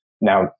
Now